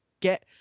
get